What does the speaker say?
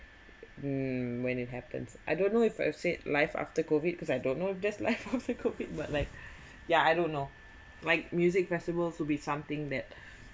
um when it happens I don't know if I said life after COVID because I don't know just life after COVID what like yeah I don't know like music festivals will be something that